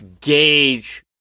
gauge